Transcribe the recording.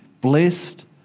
Blessed